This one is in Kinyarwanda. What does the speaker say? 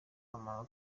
amatora